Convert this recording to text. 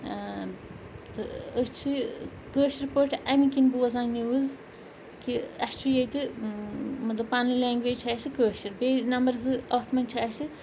تہٕ أسۍ چھِ کٲشِر پٲٹھۍ اَمہِ کِنۍ بوزان نِوٕز کہِ اَسہِ چھُ ییٚتہِ مطلب پَنٕنۍ لینٛگویج چھِ اَسہِ کٲشِر بیٚیہِ نمبر زٕ اَتھ منٛز چھِ اَسہِ